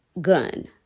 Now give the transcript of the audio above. gun